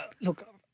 Look